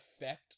effect